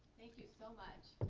thank you so much.